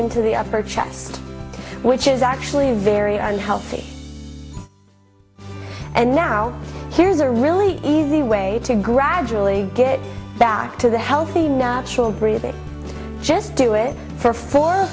into the upper chest which is actually very unhealthy and now here's a really easy way to gradually get back to the healthy natural breathing just do it for four or